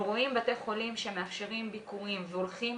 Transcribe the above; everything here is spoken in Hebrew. אנחנו רואים בתי חולים שמאפשרים ביקורים והולכים